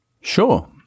Sure